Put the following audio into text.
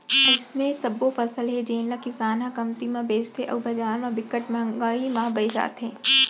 अइसने सबो फसल हे जेन ल किसान ह कमती म बेचथे अउ बजार म बिकट मंहगी म बेचाथे